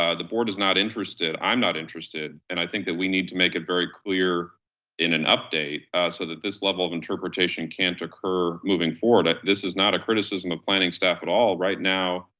ah the board is not interested, i'm not interested. and i think that we need to make it very clear in an update so that this level of interpretation can't occur moving forward. this is not a criticism of planning staff at all right now,